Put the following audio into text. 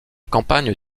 campagne